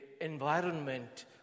environment